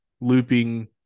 looping